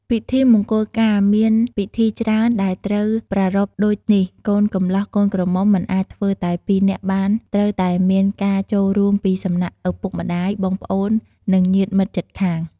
ពិធីមង្គលការមានពិធីច្រើនដែលត្រូវប្រារព្ធដូចនេះកូនកម្លោះកូនក្រមុំមិនអាចធ្វើតែពីរនាក់បានត្រូវតែមានការចូលរួមពីសំណាក់ឪពុកម្តាយ បងប្អូន និងញាតិមិត្តជិតខាង។